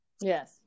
Yes